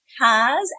cars